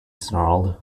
snarled